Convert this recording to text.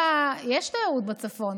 כרגע יש תיירות בצפון,